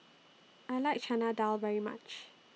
I like Chana Dal very much